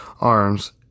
arms